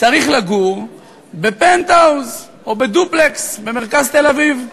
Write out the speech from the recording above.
צריך לגור בפנטהאוז או בדופלקס במרכז תל-אביב?